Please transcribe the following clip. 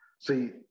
see